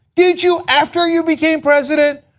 did you? after you became president?